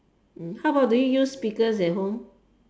mm how about do you use speakers at home